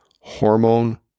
hormone